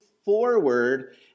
forward